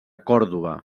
còrdova